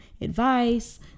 advice